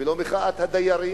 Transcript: ולא את מחאת הדיירים,